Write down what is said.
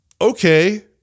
Okay